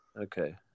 Okay